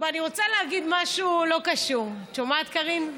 אני רוצה להגיד משהו לא קשור, את שומעת, קארין?